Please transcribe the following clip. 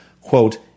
quote